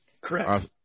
Correct